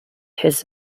his